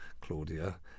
Claudia